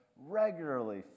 regularly